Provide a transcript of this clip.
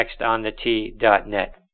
NextOnTheT.net